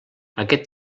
aquest